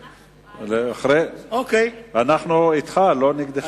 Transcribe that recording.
אנחנו אתך, לא נגדך.